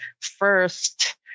first